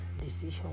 decision